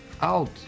out